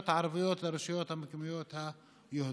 הערביות וברשויות המקומיות היהודיות.